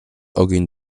ogień